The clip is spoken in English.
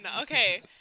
Okay